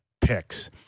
picks